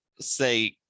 say